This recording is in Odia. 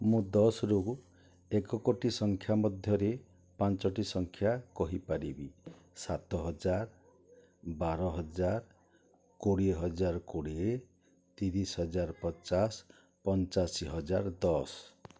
ମୁଁ ଦଶ ରୁ ଏକ କୋଟି ସଂଖ୍ୟା ମଧ୍ୟରେ ପାଞ୍ଚଟି ସଂଖ୍ୟା କହିପାରିବି ସାତ ହଜାର ବାର ହଜାର କୋଡ଼ିଏ ହଜାର କୋଡ଼ିଏ ତିରିଶି ହଜାର ପଚାଶ ପଞ୍ଚାଅଶୀ ହଜାର ଦଶ